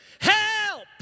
Help